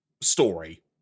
story